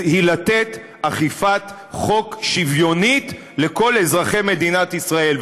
היא לתת אכיפת חוק שוויונית לכל אזרחי מדינת ישראל.